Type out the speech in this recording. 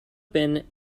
been